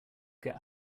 get